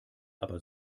aber